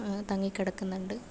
തങ്ങി കിടക്കുന്നുണ്ട്